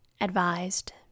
advised